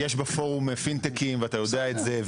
יש בפורום "פינ-טקים" ואתה יודע את זה,